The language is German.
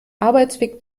arbeitsweg